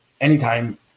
anytime